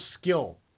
skill